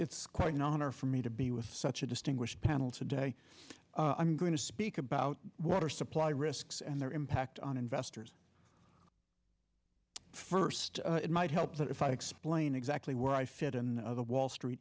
it's quite an honor for me to be with such a distinguished panel today i'm going to speak about water supply risks and their impact on investors first it might help that if i explain exactly where i fit in the wall street